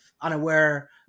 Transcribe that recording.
unaware